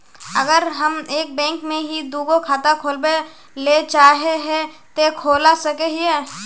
अगर हम एक बैंक में ही दुगो खाता खोलबे ले चाहे है ते खोला सके हिये?